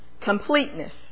completeness